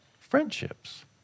friendships